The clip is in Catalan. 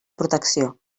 protecció